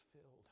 filled